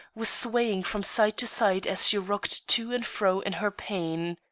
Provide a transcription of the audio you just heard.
was swaying from side to side as she rocked to and fro in her pain.